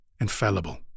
infallible